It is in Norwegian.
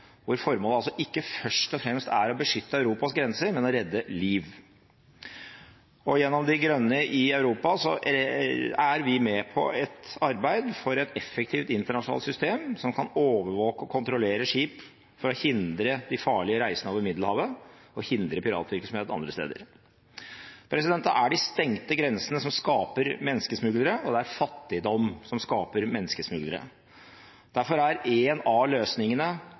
hvor formålet ikke først og fremst er å beskytte Europas grenser, men å redde liv. Gjennom de grønne i Europa er vi med på et arbeid for et effektivt internasjonalt system som kan overvåke og kontrollere skip for å hindre de farlige reisene over Middelhavet og hindre piratvirksomhet andre steder. Det er de stengte grensene som skaper menneskesmuglere, og det er fattigdom som skaper menneskesmuglere. Derfor er en av løsningene